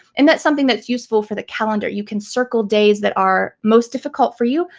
and that's something that's useful for the calendar. you can circle days that are most difficult for you,